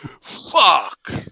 fuck